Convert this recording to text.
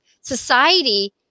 society